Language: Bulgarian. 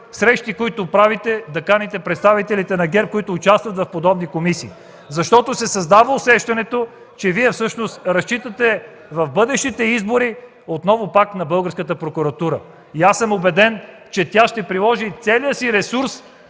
срещи, които правите, канете представителите на ГЕРБ, които участват в подобни комисии. Създава се усещането, че Вие всъщност разчитате в бъдещите избори отново пак на българската прокуратура. Убеден съм, че тя ще приложи целия си ресурс,